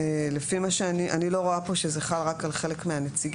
אני לא רואה פה שזה חל רק על חלק מהנציגים.